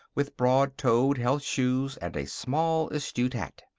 with broad-toed health shoes and a small, astute hat.